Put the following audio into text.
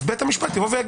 אז בית המשפט יאמר: